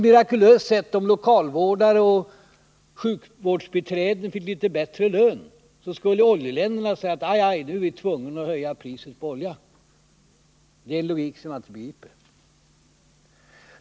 För att lokalvårdare och sjukvårdsbiträden fick litet högre lön skulle oljeländerna på något mirakulöst sätt säga: Aj aj, nu är vi tvungna att höja priset på olja! — Det är en logik som jag inte begriper.